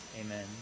Amen